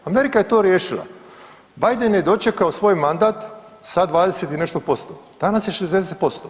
Amerika je to riješila, Biden je dočekao svoj mandat sa 20 i nešto posto, danas je 60%